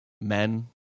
men